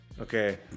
okay